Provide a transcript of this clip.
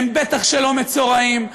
הם בטח לא מצורעים,